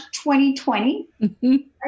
2020